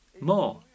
more